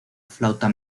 flauta